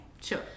Sure